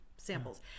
samples